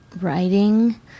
Writing